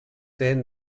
then